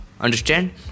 understand